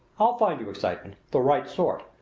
i'll find you excitement the right sort.